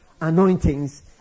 anointings